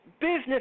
business